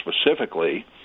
specifically